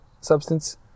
substance